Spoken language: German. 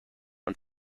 und